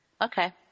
Okay